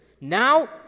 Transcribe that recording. now